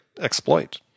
exploit